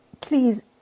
please